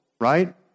right